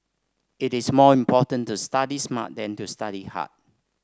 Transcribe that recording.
it is more important to study smart than to study hard